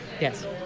Yes